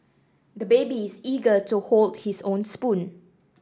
the baby is eager to hold his own spoon